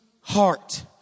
heart